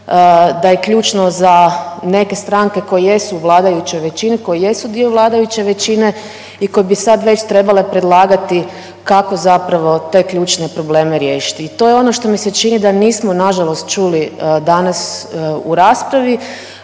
da je ključno za neke stranke koje jesu u vladajućoj većini, koje jesu dio vladajuće većine i koje bi sad već trebale predlagati kako zapravo te ključne probleme riješiti. To je ono što mi se čini da nismo na žalost čuli danas u raspravi.